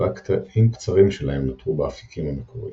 ורק קטעים קצרים שלהם נותרו באפיקים המקוריים.